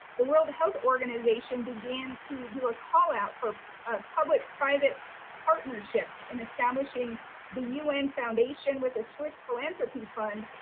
the world health organization began to do a call-out for ah public-private partnerships, in establishing the u n. foundation, with a swift philanthropy fund,